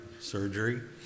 surgery